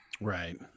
Right